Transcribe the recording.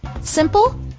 simple